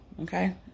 okay